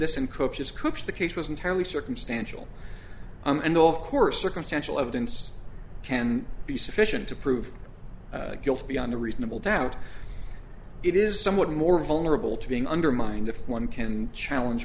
encroaches cooks the case was entirely circumstantial and of course circumstantial evidence can be sufficient to prove guilt beyond a reasonable doubt it is somewhat more vulnerable to being undermined if one can challenge